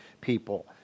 people